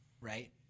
right